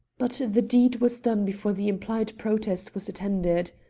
but the deed was done before the implied protest was attended.